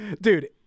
dude